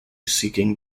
seeking